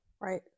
right